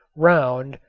round,